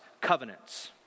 covenants